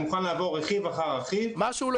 אני מוכן לעבור רכיב אחר רכיב --- משהו לא